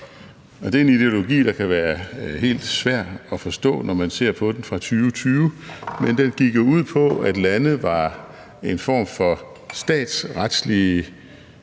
det er en ideologi, der kan være helt svær at forstå, når man ser på den fra 2020. Men den gik jo ud på, at lande var en form for statsretslige